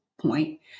point